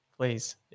Please